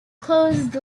closed